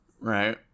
Right